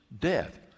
death